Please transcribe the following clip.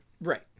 Right